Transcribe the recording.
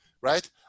right